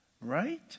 right